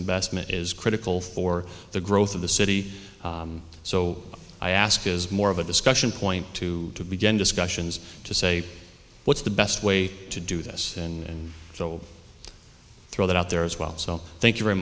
investment is critical for the growth of the city so i ask is more of a discussion point to begin discussions to say what's the best way to do this and job throw that out there as well so thank you very